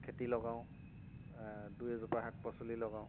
খেতি লগাওঁ দুই এজোপা শাক পাচলি লগাওঁ